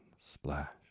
splash